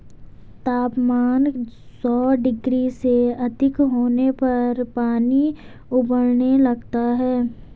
तापमान सौ डिग्री से अधिक होने पर पानी उबलने लगता है